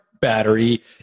battery